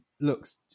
looks